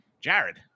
Jared